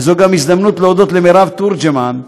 וזאת גם הזדמנות להודות למרב תורג'מן,